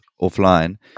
offline